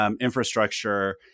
infrastructure